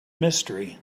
mystery